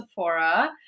sephora